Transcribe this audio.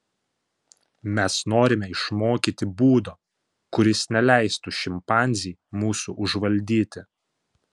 mes norime išmokyti būdo kuris neleistų šimpanzei mūsų užvaldyti